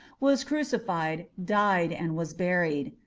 was crucified died, and was buried.